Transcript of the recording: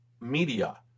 media